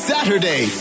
Saturday